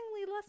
less